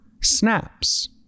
snaps